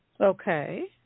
Okay